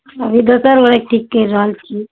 अभी दोसर गोरेके ठीक करि रहल छिए